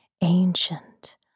ancient